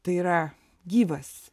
tai yra gyvas